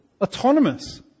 autonomous